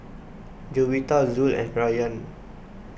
Juwita Zul and Rayyan